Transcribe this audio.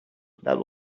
that